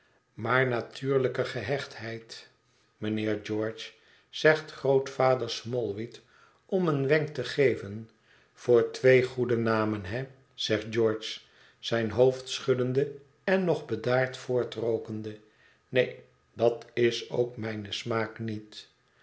maar natuurlijke gehechtheid mijnheer george zegt grootvader smallweed om een wenk te geven voor twee goede namen he zegt george zijn hoofd schuddende en nog bedaard voortrookende neen dat is ook mijn smaak niet